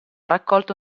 raccolto